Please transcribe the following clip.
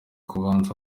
kubanza